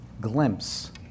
glimpse